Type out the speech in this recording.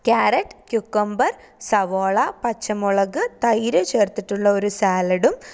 carrot cucumber സവോള പച്ചമുളക് തൈര് ചേര്ത്തിട്ടുള്ള ഒര് സാലഡും